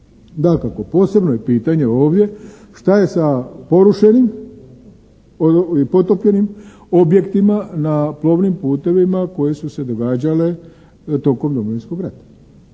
Dakako posebno je pitanje ovdje šta je sa porušenim i potopljenim objektima na plovnim putevima koje su se događale tokom Domovinskog rata.